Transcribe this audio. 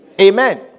Amen